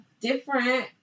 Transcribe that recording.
different